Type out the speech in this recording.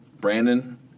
Brandon